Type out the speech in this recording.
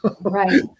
Right